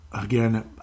Again